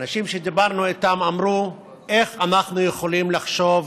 אנשים שדיברנו איתם אמרו: איך אנחנו יכולים לחשוב